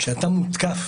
כשאתה מותקף